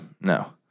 No